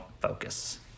focus